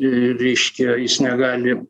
reiškia jis negali